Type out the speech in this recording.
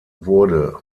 wurde